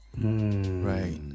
right